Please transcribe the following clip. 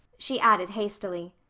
she added hastily,